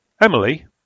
Emily